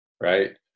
right